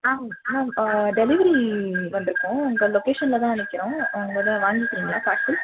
ஆ ma'am delivery வந்துருக்கோம் உங்கள் லொகேஷனில் தான் நிற்கிறோம் வந்து வாங்கிக்கிறிங்களா பார்சல்